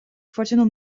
fraternal